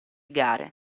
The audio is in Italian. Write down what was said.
gare